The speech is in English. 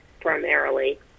primarily